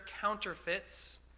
counterfeits